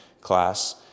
class